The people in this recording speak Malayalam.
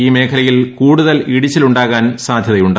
ഈ മേഖലയിൽ കൂടുതൽ ഇടിച്ചിലുണ്ടാകാൻ സാദ്ധ്യതയുണ്ട്